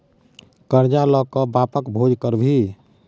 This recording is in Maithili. करजा ल कए बापक भोज करभी?